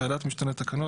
בוועדת משנה לתקנות,